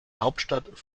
hauptstadt